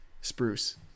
spruce